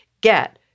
get